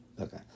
Okay